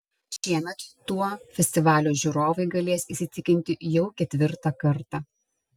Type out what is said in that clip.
šiemet tuo festivalio žiūrovai galės įsitikinti jau ketvirtą kartą